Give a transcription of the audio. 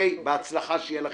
בהצלחה שיהיה לכם,